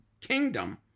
kingdom